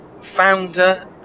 founder